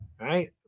right